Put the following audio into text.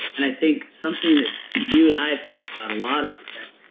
and i think something that you and i have talked about a lot, i would say,